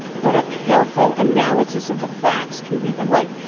but a careful analysis of the facts can lead them right.